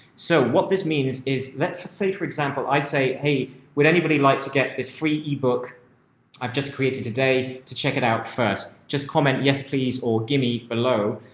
so what this means is let's say for example, i say, hey, would anybody like to get this free ebook i've just created today to check it out first, just comment, yes please. or gimme below.